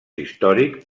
històric